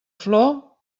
flor